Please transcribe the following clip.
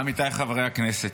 עמיתיי חברי הכנסת,